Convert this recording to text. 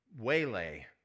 waylay